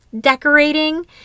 decorating